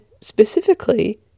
specifically